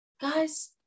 guys